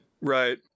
Right